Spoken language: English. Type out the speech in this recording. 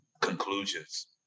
conclusions